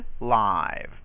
live